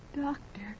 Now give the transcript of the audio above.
doctor